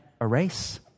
erase